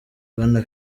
bwana